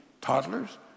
toddlers